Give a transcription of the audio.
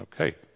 Okay